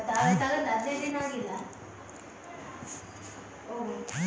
ರೈತರಿಗೆ ಇರುವ ಸಬ್ಸಿಡಿ ಯಾವ ಯಾವ ಸಾಲಗಳು ಬರುತ್ತವೆ?